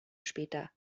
später